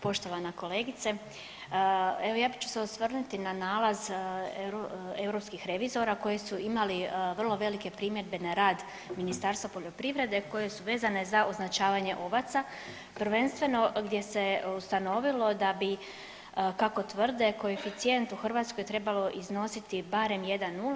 Poštovana kolegice, evo ja ću se osvrnuti na nalaz europskih revizora koji su imali vrlo velike primjedbe na rad Ministarstva poljoprivrede koje su vezane za označavanje ovaca prvenstveno gdje se ustanovilo kako tvrde koeficijent u Hrvatskoj trebalo iznositi barem 1,0.